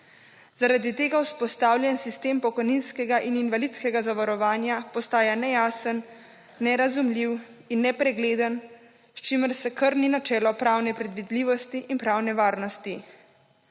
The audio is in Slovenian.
Zaradi tega vzpostavljen sistem pokojninskega in invalidskega zavarovanja postaja nejasen, nerazumljiv in nepregleden, s čimer se krni načelo pravne predvidljivosti in pravne varnosti.